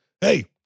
hey